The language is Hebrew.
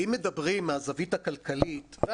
אם מדברים מהזווית הכלכלית,